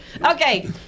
Okay